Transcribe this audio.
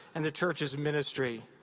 and the church's ministry.